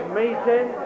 meeting